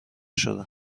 شدم